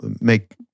make